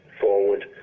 forward